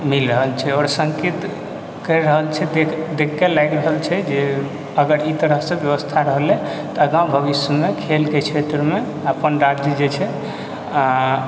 मिल रहल छै आओर सङ्केत करि रहल छै देख कऽ लागि रहल छै जे अगर ई तरहसँ व्यवस्था रहलै तऽ आगा भविष्यमे खेलके क्षेत्रमे अपन राज्य जे छै